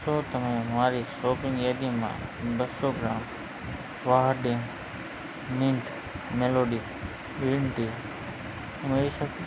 શું તમે મારી શૉપિંંગ યાદીમાં બસો gram Vahdam mint melody green tea ઉમેરી શકશો